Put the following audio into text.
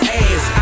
ass